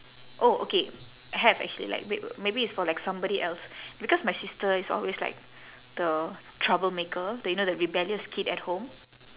oh okay have actually like m~ maybe it's for like somebody else because my sister is always like the troublemaker the you know the rebellious kid at home